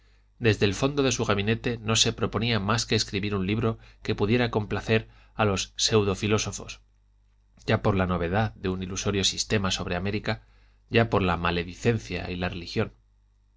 desde el fondo de su gabinete no se proponía mas que escribir un libro que pudiera complacer a los seudofílósofos ya por la novedad de un ilusorio sistema sobre américa ya por la maledicencia y la religión